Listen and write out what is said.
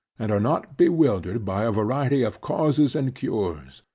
and are not bewildered by a variety of causes and cures.